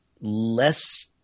less